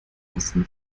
messen